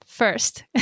first